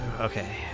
Okay